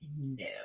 no